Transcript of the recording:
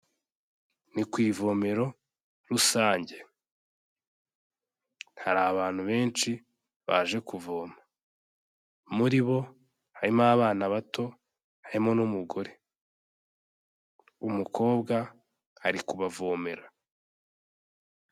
Ni ku ivomero rusange. Hari abantu benshi baje kuvoma. Muri bo harimo abana bato, harimo n'umugore. Umukobwa ari kubavomera.